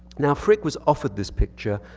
now frick was offered this picture,